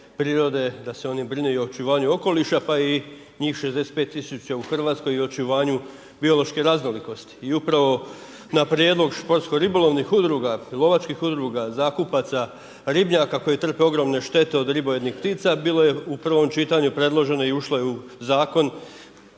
prirode da se oni brinu o očuvanju okoliša pa i njih 65 tisuća i o očuvanju biološke raznolikosti i upravo na prijedlog športsko-ribolovnih udruga, lovačkih udruga, zakupaca, ribnjaka koji trpe ogromne štete od ribojednih ptica bilo je u prvom čitanju predloženo i ušlo je u zakon